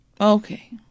Okay